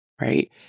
Right